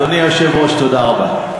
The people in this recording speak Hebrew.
אדוני היושב-ראש, תודה רבה.